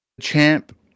champ